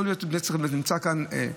נמצא כאן,